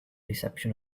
reception